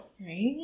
right